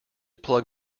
plug